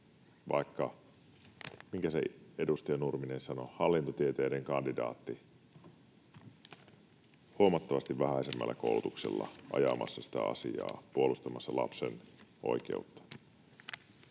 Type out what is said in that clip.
vaikka — minkä se edustaja Nurminen sanoi — hallintotieteiden kandidaatti huomattavasti vähäisemmällä koulutuksella ajamassa sitä asiaa, puolustamassa lapsen oikeutta?